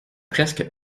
presque